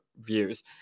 views